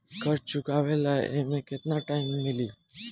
कर्जा चुकावे ला एमे केतना टाइम मिली?